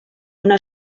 una